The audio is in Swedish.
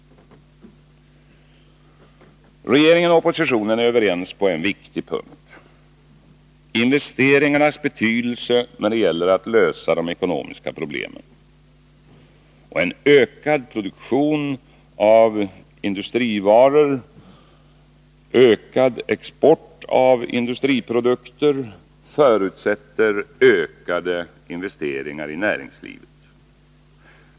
Regeringen och oppositionen är överens på en viktig punkt: investeringarnas betydelse när det gäller att lösa de ekonomiska problemen. En ökad produktion och export av industriprodukter förutsätter ökade investeringar i näringslivet.